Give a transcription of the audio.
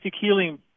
healing